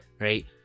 Right